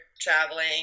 traveling